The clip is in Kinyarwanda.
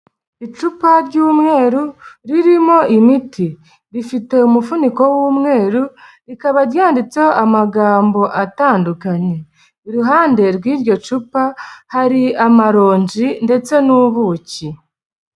Icupa ry'umweru ririmo imiti rifite umufuniko w'umweru, rikaba ryanditseho amagambo atandukanye, iruhande rw'iryo cupa hari amaronji ndetse n'ubuki.